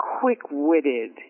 quick-witted